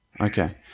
Okay